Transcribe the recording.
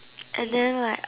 and then right